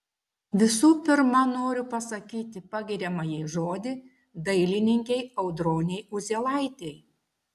visų pirma noriu pasakyti pagiriamąjį žodį dailininkei audronei uzielaitei